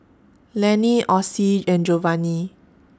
Lenny Ossie and Jovanni